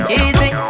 easy